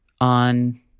on